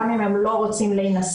גם אם הם לא רוצים להינשא,